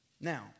Now